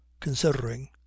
considering